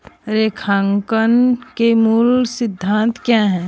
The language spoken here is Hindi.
लेखांकन के मूल सिद्धांत क्या हैं?